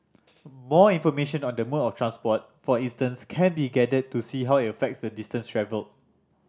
more information on the mode of transport for instance can be gathered to see how it affects the distance travelled